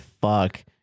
fuck